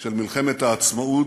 של מלחמת העצמאות,